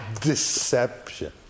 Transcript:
deception